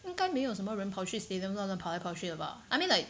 应该没有什么人跑去 stadium 乱乱跑来跑去了 bah I mean like